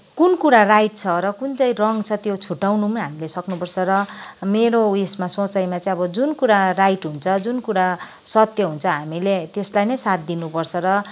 कुन कुरा राइट छ र कुन चाहिँ रङ् छ त्यो छुट्टाउनु पनि हामीले सक्नुपर्छ र मेरो यसमा सोचाइमा चाहिँ अब जुन कुरा राइट हुन्छ जुन कुरा सत्य हुन्छ हामीले त्यसलाई नै साथ दिनुपर्छ र